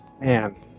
Man